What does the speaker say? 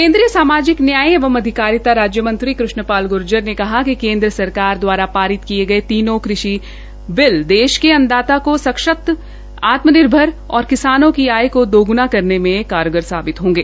केन्द्रीय सामाजिक न्याय एवं अधिकारिता राज्य मंत्री कृष्ण पाल गूर्जर ने कहा कि केन्द्र सरकार दवारा पारित किये गये तीनो कानून देश के अन्नदाता को सशक्त आत्म निर्भर और किसानों की आय द्वगनी करेन में कारगर साबित होंगे